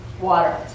water